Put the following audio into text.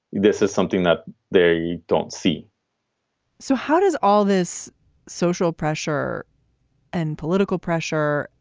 this is something that they don't see so how does all this social pressure and political pressure,